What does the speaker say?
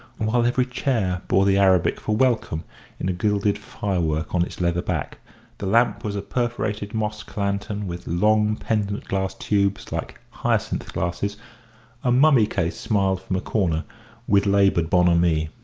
while every chair bore the arabic for welcome in a gilded firework on its leather back the lamp was a perforated mosque lantern with long pendent glass tubes like hyacinth glasses a mummy-case smiled from a corner with laboured bonhomie.